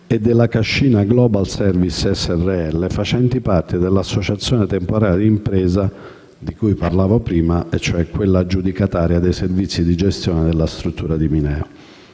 La Cascina Global Service Srl, facenti parte dell'associazione temporanea di imprese, di cui parlavo prima, aggiudicataria dei servizi di gestione della struttura di Mineo.